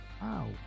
Wow